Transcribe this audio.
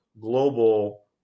global